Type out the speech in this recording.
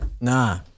nah